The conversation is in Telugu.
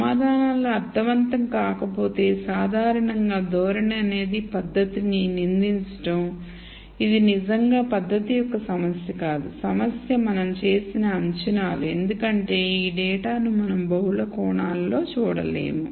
సమాధానాలు అర్ధవంతం కాకపోతే సాధారణంగా ధోరణి అనేది పద్ధతిని నిందించడం ఇది నిజంగా పద్ధతి యొక్క సమస్య కాదు సమస్య మనం చేసిన అంచనాలు ఎందుకంటే ఈ డేటాను మనం బహుళ కోణాలలో చూడలేము